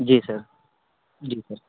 जी sir जी sir